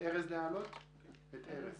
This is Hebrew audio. ארז